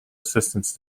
assistance